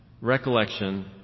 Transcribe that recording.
recollection